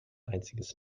einziges